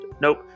nope